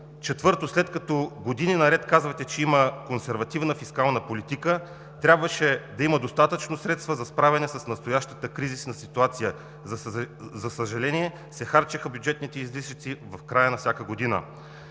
Четвърто, след като години наред казвате, че има консервативна фискална политика, трябваше да има достатъчно средства за справяне с настоящата кризисна ситуация – за съжаление, се харчеха бюджетните излишъци в края на всяка година.